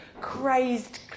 crazed